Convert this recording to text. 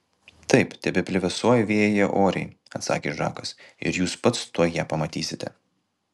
taip tebeplevėsuoja vėjyje oriai atsakė žakas ir jūs pats tuoj ją pamatysite